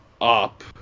up